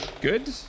good